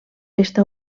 està